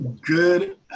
Good